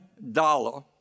dollar